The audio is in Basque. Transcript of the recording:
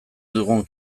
dugun